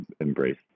embrace